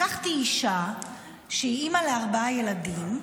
לקחתי אישה שהיא אימא לארבעה ילדים,